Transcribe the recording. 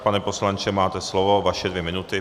Pane poslanče, máte slovo, vaše dvě minuty.